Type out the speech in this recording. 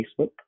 Facebook